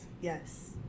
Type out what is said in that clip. Yes